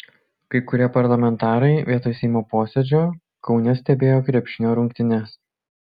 kai kurie parlamentarai vietoj seimo posėdžio kaune stebėjo krepšinio rungtynes